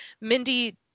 Mindy